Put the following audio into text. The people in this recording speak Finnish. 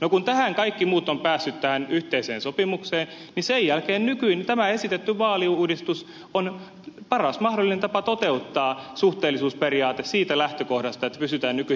no kun kaikki muut ovat päässeet tähän yhteiseen sopimukseen niin sen jälkeen tämä esitetty vaaliuudistus on paras mahdollinen tapa toteuttaa suhteellisuusperiaate siitä lähtökohdasta että pysytään nykyisissä vaalipiireissä